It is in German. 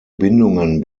bindungen